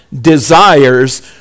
desires